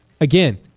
again